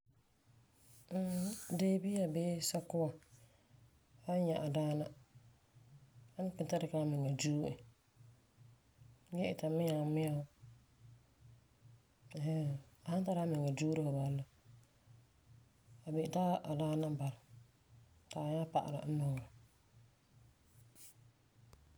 Mmm, deebia bii sakua san nyɛ adaana a ni kiŋɛ ta dikɛ la amiŋa due e gee ita miau miau ɛɛ hɛɛn. A san tara amiŋa duura fu bala la a mi ti adaana n bala ti a nyaa pa'ala e nɔŋerɛ.